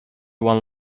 one